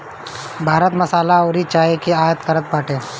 भारत मसाला अउरी चाय कअ आयत करत बाटे